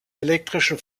elektrischen